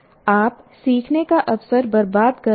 आप सीखने का अवसर बर्बाद कर रहे हैं